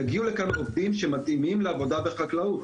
יגיעו לכאן עובדים שמתאימים לעבודה בחקלאות.